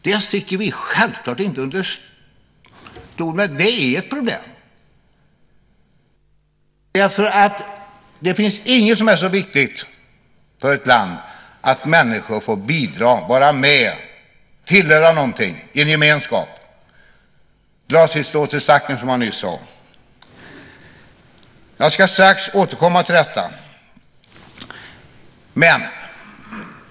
Vi sticker självklart inte under stol med att det är ett problem. Det finns ju ingenting som är så viktigt för ett land som att människor får bidra, vara med, tillhöra någonting - tillhöra en gemenskap - och dra sitt strå till stacken, som jag nyss sade. Jag ska strax återkomma till detta.